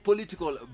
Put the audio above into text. Political